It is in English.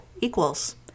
Equals